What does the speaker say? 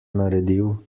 naredil